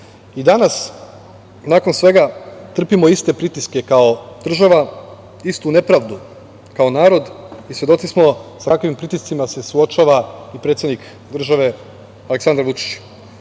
danas, nakon svega trpimo iste pritiske kao država, istu nepravdu kao narod, i svedoci smo sa kakvim pritiscima se suočava i predsednik države Aleksandar